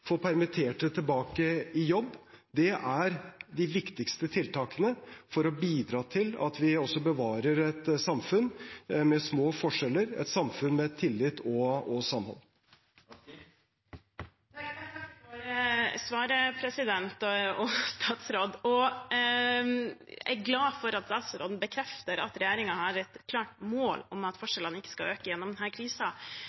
få permitterte tilbake i jobb er de viktigste tiltakene for å bidra til at vi også bevarer et samfunn med små forskjeller, et samfunn med tillit og samhold. Jeg takker for svaret og er glad for at statsråden bekrefter at regjeringen har et klart mål om at